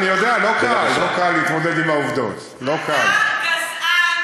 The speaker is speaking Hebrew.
כשאין תשובות, בבקשה.